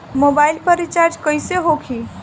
Mobile पर recharge कैसे होखी?